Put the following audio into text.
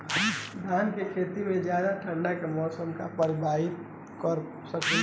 धान के खेती में ज्यादा ठंडा के मौसम का प्रभावित कर सकता बा?